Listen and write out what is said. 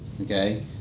okay